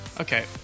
Okay